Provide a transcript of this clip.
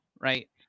Right